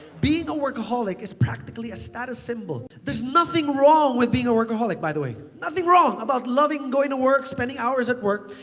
being a workaholic is practically a status symbol. there's nothing wrong with being a workaholic by the way. nothing wrong about loving, going to work, spending hours at work.